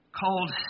called